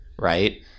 right